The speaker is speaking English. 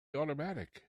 automatic